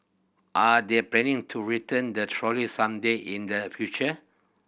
are they planning to return the trolley some day in the future